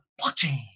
blockchain